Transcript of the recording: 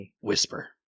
Whisper